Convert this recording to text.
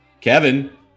Kevin